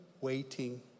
waiting